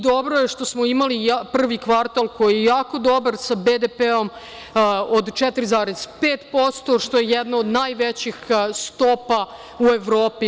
Dobro je što smo imali prvi kvartal koji je jako dobar sa BDP od 4,5%, što je jedna od najvećih stopa u Evropi.